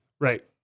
Right